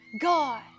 God